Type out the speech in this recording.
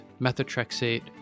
methotrexate